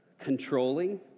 Controlling